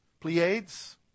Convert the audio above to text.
Pleiades